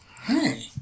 Hey